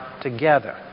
together